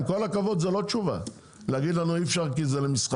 עם כל הכבוד זה לא תשובה להגיד לנו אי אפשר כי זה למסחר.